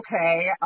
okay